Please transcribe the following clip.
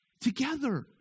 together